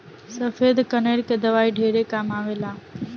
सफ़ेद कनेर के दवाई ढेरे काम आवेल